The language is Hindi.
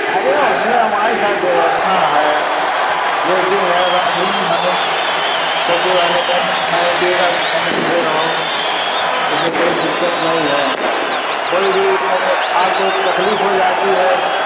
अरे उसमें हमारी सब व्यवस्था है लैट्रिन है बाथरूम है आराम से रहो तुम्हें कोई दिक्कत नही है कोई भी उसमें आपको तकलीफ हो जाती है